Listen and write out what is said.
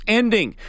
ending